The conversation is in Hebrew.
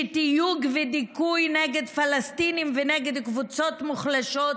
שתיוג ודיכוי של פלסטינים ושל קבוצות מוחלשות,